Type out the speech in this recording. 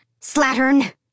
Slattern